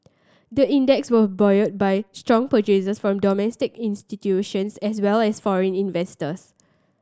the index was buoyed by strong purchases from domestic institutions as well as foreign investors